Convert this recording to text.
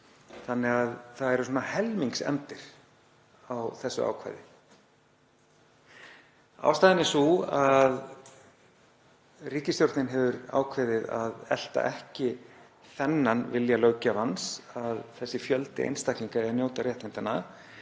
þannig að það eru svona helmingsefndir á þessu ákvæði. Ástæðan er sú að ríkisstjórnin hefur ákveðið að elta ekki þennan vilja löggjafans að þessi fjöldi einstaklinga eigi að njóta réttindanna